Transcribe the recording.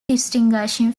distinguishing